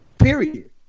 Period